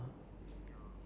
ya